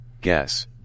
Guess